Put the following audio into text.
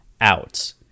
out